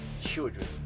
children